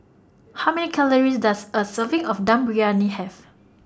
How Many Calories Does A Serving of Dum Briyani Have